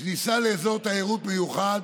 כניסה לאזור תיירות מיוחד